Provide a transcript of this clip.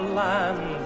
land